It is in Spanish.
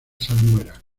salmuera